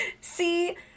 See